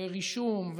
ורישום,